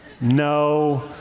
No